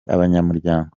abanyamuryango